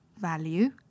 value